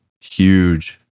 huge